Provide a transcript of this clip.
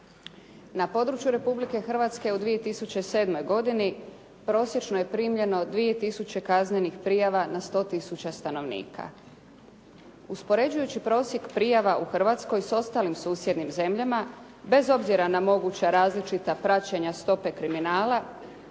Na području Republike Hrvatske u 2007. godini prosječno je primljeno 2 tisuće kaznenih prijava na 100 tisuća stanovnika. Uspoređujući prosjek prijava u Hrvatskoj s ostalim susjednim zemljama, bez obzira na moguća različita praćenja stope kriminala,